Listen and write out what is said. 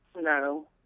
No